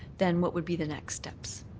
then what would be the next steps?